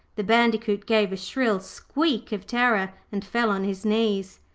the bandicoot gave a shrill squeak of terror and fell on his knees.